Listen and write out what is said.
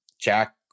jack